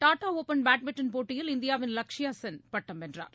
Tata Open badminton போட்டியில் இந்தியாவின் லக்ஷயா சென் பட்டம் வென்றார்